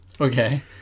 Okay